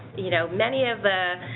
you know many of,